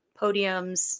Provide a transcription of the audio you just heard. podiums